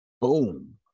boom